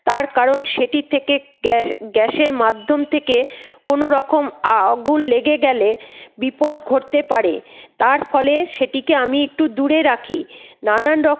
তার কারণ সেটি থেকে গ্যাস গ্যাসের মাধ্যম থেকে কোনো রকম আগুন লেগে গেলে বিপদ ঘটতে পারে তার ফলে সেটিকে আমি একটু দূরে রাখি নানান রকম